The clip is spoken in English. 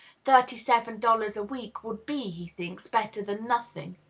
thirty-seven dollars a week would be, he thinks, better than nothing.